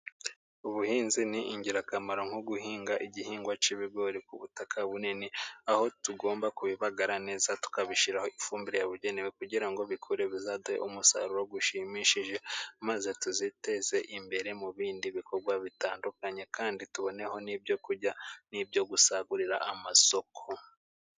Ubuhinzi ni ingirakamaro nko guhinga igihingwa cy'ibigori ku butaka bunini, aho tugomba kubibagara neza tukabishyiraho ifumbire yabugenewe kugira ngo bikure bizaduhe umusaruro ushimishije maze tuziteze imbere mu bindi bikorwa bitandukanye kandi tuboneho n'ibyo kurya n'ibyo gusagurira amasoko.